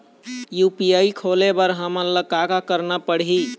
UPI खोले बर हमन ला का का करना पड़ही?